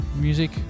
music